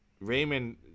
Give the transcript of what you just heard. Raymond